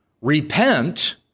repent